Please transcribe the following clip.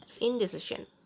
indecision